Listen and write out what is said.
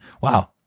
wow